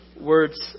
words